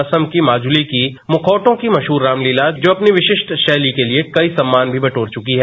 असम की माजूली की मुखौटों की मशहूर रामलीला जो अपनी विशिष्ट शैली के लिए कई सम्मान भी बटोर चुकी है